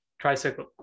tricycle